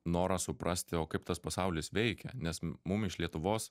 norą suprasti o kaip tas pasaulis veikia nes mum iš lietuvos